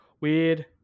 weird